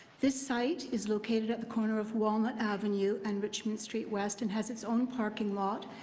this site is located at the corner of walnut avenue and richmond street west and has its own parking lot,